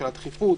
בשל הדחיפות,